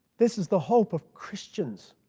this is the hope of christians.